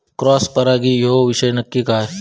Cross परागी ह्यो विषय नक्की काय?